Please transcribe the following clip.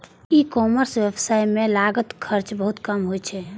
ई commerce व्यवसाय मे लागत खर्च बहुत कम होइ छै